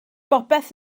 bopeth